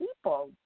people